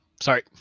Sorry